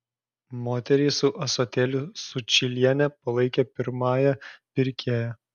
moterį su ąsotėliu sučylienė palaikė pirmąja pirkėja